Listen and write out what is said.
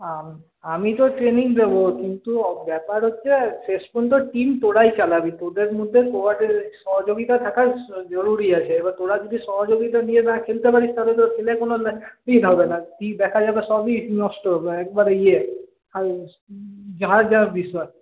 আমি তো ট্রেনিং দেবো কিন্তু ব্যাপার হচ্ছে শেষ পর্যন্ত টিম তোরাই চালাবি তোদের মধ্যে সহযোগিতা থাকা জরুরি আছে এবার তোরা যদি সহযোগিতা নিয়ে না খেলতে পারিস তাহলে তো খেলে কোনো হবে না গিয়ে দেখা যাবে সবই নষ্ট একেবারে ইয়ে আর যার যার বিষয়